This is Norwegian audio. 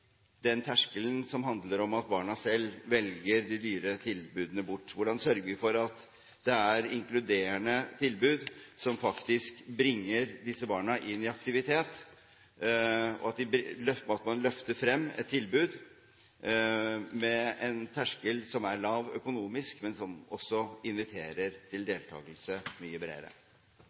den terskelen som handler om at barna selv velger de dyre tilbudene bort? Hvordan sørger vi for at det er inkluderende tilbud som faktisk bringer disse barna inn i aktivitet, og hvordan løfter man frem et tilbud med en lav økonomisk terskel, men som også inviterer mye bredere til deltakelse?